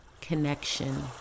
connection